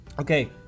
Okay